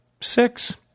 Six